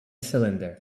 cylinder